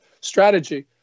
Strategy